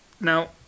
Now